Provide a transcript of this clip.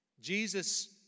Jesus